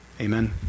amen